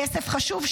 כסף חשוב,